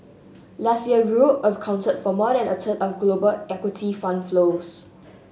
last year Europe accounted for more than a third of global equity fund flows